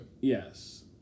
Yes